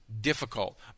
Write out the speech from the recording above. difficult